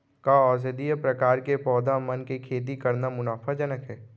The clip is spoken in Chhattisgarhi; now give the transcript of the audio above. का औषधीय प्रकार के पौधा मन के खेती करना मुनाफाजनक हे?